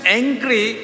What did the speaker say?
angry